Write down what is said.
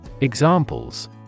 Examples